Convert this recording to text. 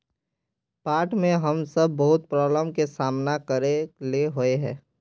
बाढ में हम सब बहुत प्रॉब्लम के सामना करे ले होय है?